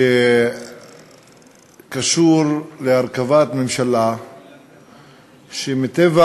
שקשור להרכבת ממשלה שמטבע